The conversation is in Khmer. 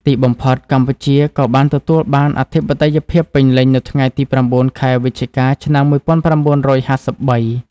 ទីបំផុត កម្ពុជាក៏បានទទួលបានអធិបតេយ្យភាពពេញលេញនៅថ្ងៃទី៩ ខែវិច្ឆិកា ឆ្នាំ១៩៥៣។